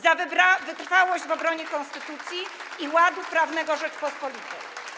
za wytrwałość w obronie konstytucji i ładu prawnego Rzeczypospolitej.